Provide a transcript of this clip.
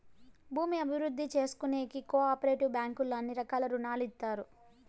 భూమి అభివృద్ధి చేసుకోనీకి కో ఆపరేటివ్ బ్యాంకుల్లో అన్ని రకాల రుణాలు ఇత్తారు